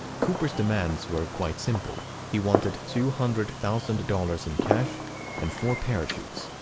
cooper's demands were quite simple. he wanted two hundred thousand dollars in cash and four parachutes.